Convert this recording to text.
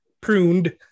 pruned